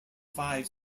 five